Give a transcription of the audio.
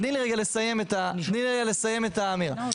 תני לי רגע לסיים את האמירה.